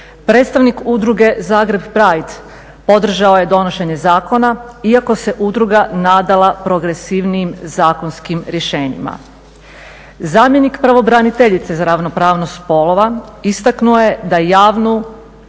Predstavnik udruge Zagreb Pride podržao je donošenje zakona iako se udruga nadala progresivnijim zakonskim rješenjima. Zamjenik pravobraniteljice za ravnopravnost spolova istaknuo je da javnu